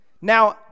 Now